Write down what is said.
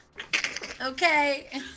Okay